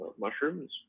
mushrooms